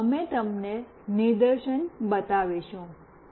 હવે અમે તમને નિદર્શન બતાવીશું